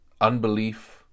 unbelief